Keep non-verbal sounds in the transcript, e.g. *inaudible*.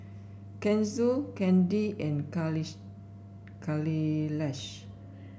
Kanshi Chandi and *unintelligible* Kailash